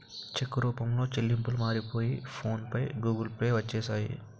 చెక్కు రూపంలో చెల్లింపులు మారిపోయి ఫోన్ పే గూగుల్ పే వచ్చేసాయి